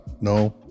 no